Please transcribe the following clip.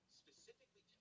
specifically